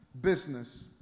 business